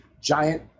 giant